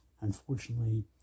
Unfortunately